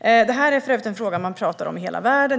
Det här är för övrigt en fråga som man pratar om i hela världen.